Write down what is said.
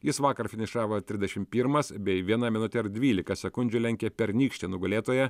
jis vakar finišavo tridešim pirmas bei viena minute ir dvylika sekundžių lenkė pernykštį nugalėtoją